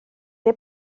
neu